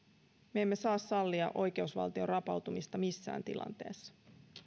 me emme saa sallia oikeusvaltion rapautumista missään tilanteessa